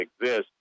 exist